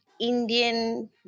Indian